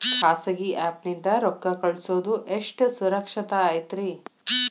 ಖಾಸಗಿ ಆ್ಯಪ್ ನಿಂದ ರೊಕ್ಕ ಕಳ್ಸೋದು ಎಷ್ಟ ಸುರಕ್ಷತಾ ಐತ್ರಿ?